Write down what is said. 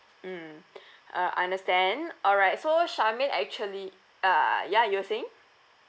mm uh understand alright so shermaine actually err ya you were saying